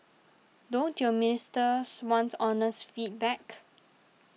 don't your ministers want honest feedback